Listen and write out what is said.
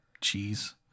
cheese